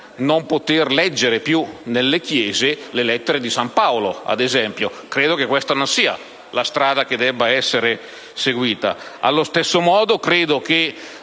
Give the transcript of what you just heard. non poter più leggere nelle chiese le lettere di San Paolo, ad esempio. Credo che questa non sia la strada che dovrebbe essere seguita. Allo stesso modo, credo che